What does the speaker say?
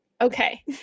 Okay